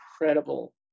incredible